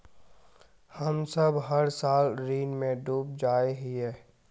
हम सब हर साल ऋण में डूब जाए हीये?